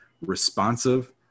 responsive